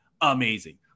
Amazing